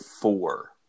four